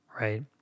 right